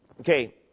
Okay